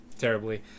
Terribly